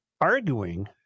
arguing